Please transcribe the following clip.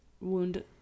wound